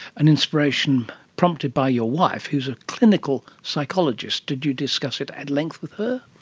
an inspiration prompted by your wife who is a clinical psychologist? did you discuss it at length with her?